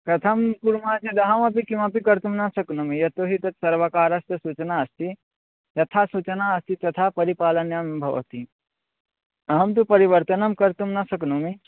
कथं कुर्मः चेत् अहमपि किमपि कर्तुं न शक्नोमि यतो हि तत् सर्वकारस्य सूचना अस्ति यथा सूचना अस्ति तथा परिपालन्यां भवति अहं तु परिवर्तनं कर्तुं न शक्नोमि